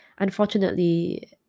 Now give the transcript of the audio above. unfortunately